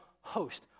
host